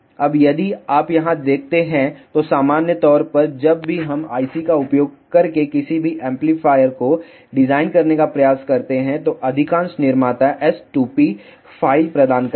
अब यदि आप यहां देखते हैं तो सामान्य तौर पर जब भी हम IC का उपयोग करके किसी भी एम्पलीफायर को डिजाइन करने का प्रयास करते हैं तो अधिकांश निर्माता s2p फ़ाइल प्रदान करते हैं